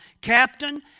captain